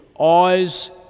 eyes